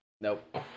Nope